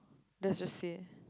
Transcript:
there's just say